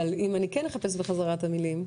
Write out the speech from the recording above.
אבל אם אני כן אחפש בחזרה את המילים,